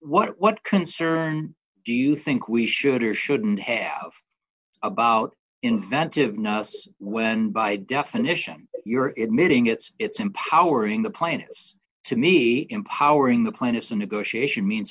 what what concern do you think we should or shouldn't have about inventiveness when by definition you're it meaning it's it's empowering the plaintiffs to me empowering the plaintiffs in negotiation means